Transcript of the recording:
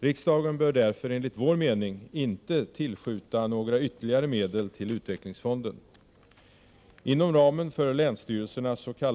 Riksdagen bör därför enligt vår mening inte tillskjuta några ytterligare medel till utvecklingsfonden. Inom ramen för länsstyrelsens s.k.